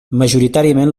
majoritàriament